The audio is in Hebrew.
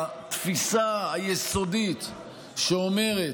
התפיסה היסודית אומרת: